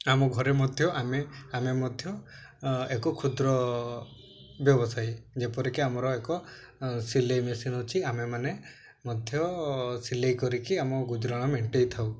ଆମ ଘରେ ମଧ୍ୟ ଆମେ ଆମେ ମଧ୍ୟ ଏକ କ୍ଷୁଦ୍ର ବ୍ୟବସାୟୀ ଯେପରିକି ଆମର ଏକ ସିଲେଇ ମେସିନ୍ ଅଛି ଆମେମାନେ ମଧ୍ୟ ସିଲେଇ କରିକି ଆମ ଗୁଜୁରାଣ ମେଣ୍ଟେଇ ଥାଉ